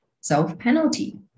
self-penalty